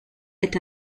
est